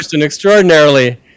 extraordinarily